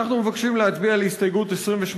אנחנו מבקשים להצביע על הסתייגות 28,